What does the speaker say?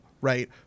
Right